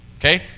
okay